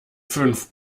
fünf